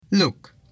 Look